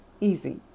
easy